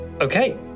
Okay